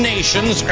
Nations